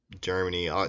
Germany